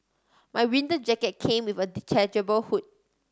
my winter jacket came with a detachable hood